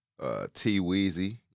T-Weezy